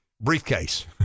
briefcase